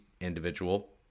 individual